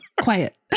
Quiet